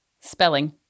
spelling